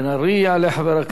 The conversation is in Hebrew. יעלה חבר הכנסת